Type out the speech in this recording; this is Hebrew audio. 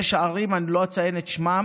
יש ערים, ואני לא אציין את שמן,